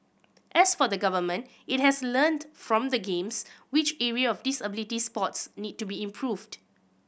as for the Government it has learnt from the Games which area of disability sports need to be improved